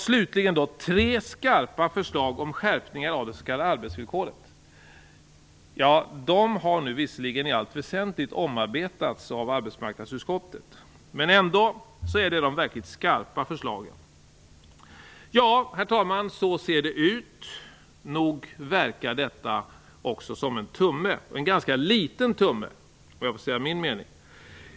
Slutligen har vi tre skarpa förslag om skärpningar av det s.k. arbetsvillkoret. De har nu visserligen i allt väsentligt omarbetats av arbetsmarknadsutskottet, men de är ändå de verkligt skarpa förslagen. Ja, herr talman, så ser det ut. Nog verkar detta också som en tumme, en ganska liten tumme om jag får säga min mening.